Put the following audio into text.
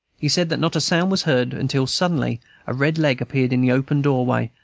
he said that not a sound was heard until suddenly a red leg appeared in the open doorway,